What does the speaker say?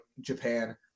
Japan